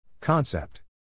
Concept